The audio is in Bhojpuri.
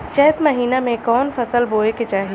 चैत महीना में कवन फशल बोए के चाही?